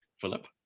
philip,